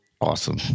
awesome